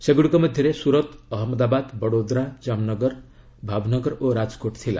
ସେଗୁଡ଼ିକ ମଧ୍ୟରେ ସୁରତ ଅହମ୍ମଦାବାଦ ବଡୋଦ୍ରା ଜାମନଗର ଭାବନଗର ଓ ରାଜକୋଟ ଥିଲା